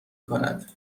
کند